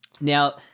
Now